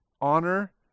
honor